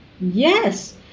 yes